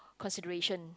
consideration